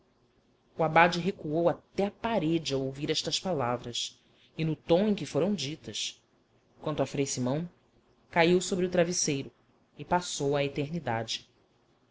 humanidade o abade recuou até a parede ao ouvir estas palavras e no tom em que foram ditas quanto a frei simão caiu sobre o travesseiro e passou à eternidade